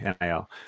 nil